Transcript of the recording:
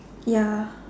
ya